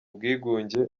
bwigunge